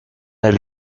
del